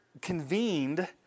convened